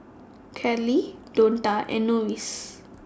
Carlyle Donta and Lois